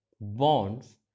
bonds